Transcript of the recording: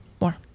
More